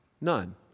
none